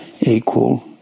Equal